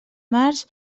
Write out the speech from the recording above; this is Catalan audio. març